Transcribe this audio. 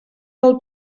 del